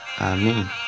Amen